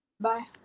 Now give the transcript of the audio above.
Bye